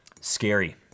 scary